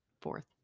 fourth